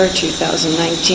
2019